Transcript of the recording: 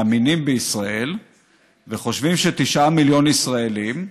מאמינים בישראל וחושבים שתשעה מיליון ישראלים,